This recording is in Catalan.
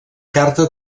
carta